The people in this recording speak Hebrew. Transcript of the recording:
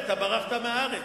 אתה ברחת מהארץ.